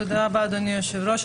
תודה רבה, אדוני היושב-ראש.